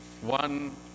One